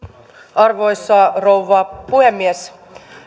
arvoisa rouva puhemies